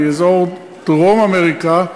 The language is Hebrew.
מאזור דרום-אמריקה,